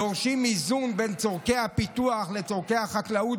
דורשת איזון בין צורכי הפיתוח לצורכי החקלאות